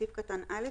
בסעיף קטן (א),